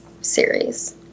series